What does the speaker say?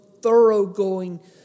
thoroughgoing